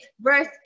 verse